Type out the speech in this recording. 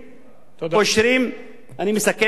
תודה רבה.